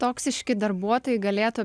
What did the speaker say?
toksiški darbuotojai galėtų